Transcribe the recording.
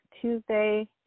Tuesday